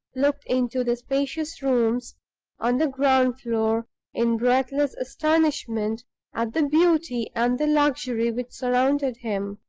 looked into the spacious rooms on the ground floor in breathless astonishment at the beauty and the luxury which surrounded him.